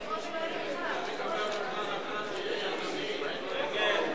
ההסתייגות של קבוצת סיעת קדימה וקבוצת סיעת